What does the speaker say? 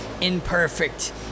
imperfect